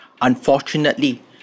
Unfortunately